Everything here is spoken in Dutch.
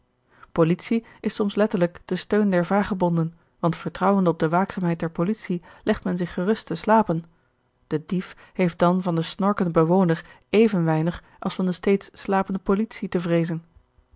politie is soms letterlijk de steun der vagebonden want vertrouwende op de waakzaamheid der politie legt men zich gerust te slapen de diet heeft dan van den snorkenden bewoner even weinig als van de steeds slapende politie te vreezen